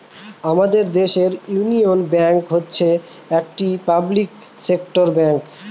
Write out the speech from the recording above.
আমাদের দেশের union bank হচ্ছে একটি পাবলিক সেক্টর ব্যাঙ্ক